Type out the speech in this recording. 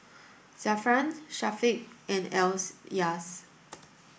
Zafran Syafiq and else